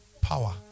power